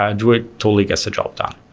ah druid totally gets the job done.